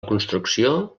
construcció